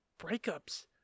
breakups